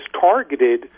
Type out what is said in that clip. targeted